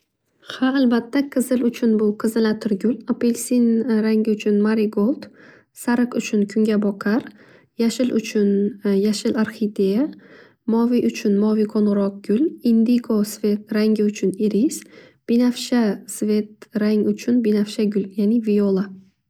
Ha albatta qizil uchun bu qizil atirgul. Apelsin rangi uchun marigold, sariq uchun kungaboqar, yashil uchun yashil arhideya, moviy uchun moviy qo'ng'iroq gul, indiko svet rangi uchun iris, binafsha rang uchun binafsha gul ya'ni vola.